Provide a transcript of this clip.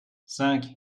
cinq